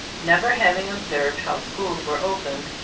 never having observed how schools were opened,